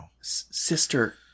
sister